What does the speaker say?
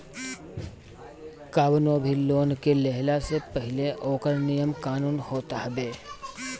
कवनो भी लोन के लेहला से पहिले ओकर नियम कानून होत हवे